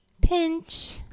Pinch